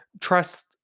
trust